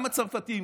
גם הצרפתים,